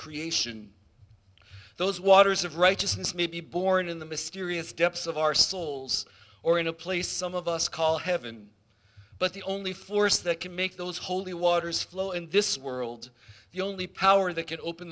creation those waters of righteousness may be born in the mysterious depths of our souls or in a place some of us call heaven but the only force that can make those holy waters flow in this world the only power that can open